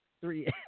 three